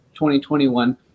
2021